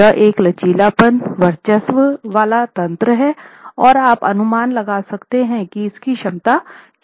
यह एक लचीलापन वर्चस्व वाला तंत्र है और आप अनुमान लगा सकते हैं की इसकी क्षमता क्या है